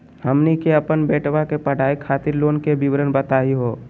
हमनी के अपन बेटवा के पढाई खातीर लोन के विवरण बताही हो?